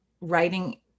writing